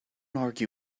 argue